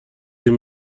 این